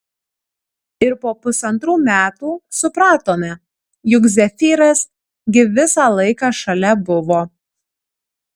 ir po pusantrų metų supratome juk zefyras gi visą laiką šalia buvo